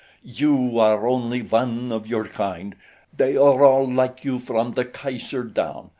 you are only one of your kind they are all like you from the kaiser down.